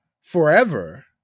forever